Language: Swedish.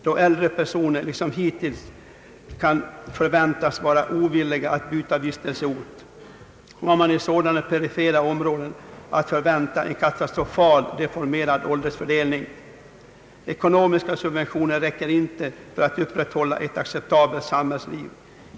Då äldre personer liksom hittills kan förväntas vara ovilliga att byta vistelseort, har man i sådana perifera områden att vänta en katastrofalt deformerad åldersfördelning. Ekonomiska subventioner räcker inte för att upprätthålla ett acceptabelt samhällsliv.